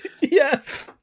Yes